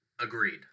Agreed